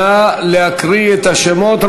נא להקריא את השמות.